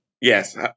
Yes